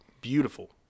Beautiful